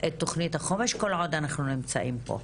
את תוכנית החומש כל עוד אנחנו נמצאים פה.